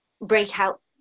breakout